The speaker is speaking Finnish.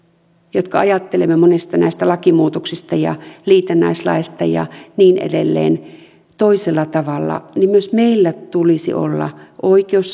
jotka ajattelemme monista näistä lakimuutoksista ja liitännäislaeista ja niin edelleen toisella tavalla tulisi olla oikeus